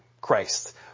Christ